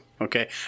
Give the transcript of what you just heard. Okay